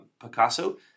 Picasso